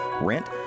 rent